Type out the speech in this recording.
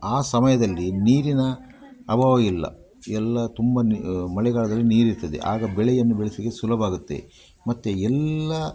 ಆ ಸಮಯದಲ್ಲಿ ನೀರಿನ ಅಭಾವ ಇಲ್ಲ ಎಲ್ಲ ತುಂಬ ನೀ ಮಳೆಗಾಲದಲ್ಲಿ ನೀರಿರ್ತದೆ ಆಗ ಬೆಳೆಯನ್ನು ಬೆಳಿಸಲಿಕ್ಕೆ ಸುಲಭ ಆಗುತ್ತೆ ಮತ್ತು ಎಲ್ಲ